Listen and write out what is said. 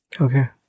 Okay